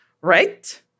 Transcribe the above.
right